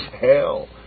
hell